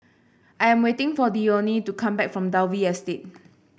I am waiting for Dione to come back from Dalvey Estate